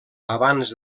abans